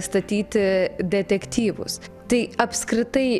statyti detektyvus tai apskritai